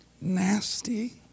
nasty